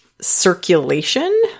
circulation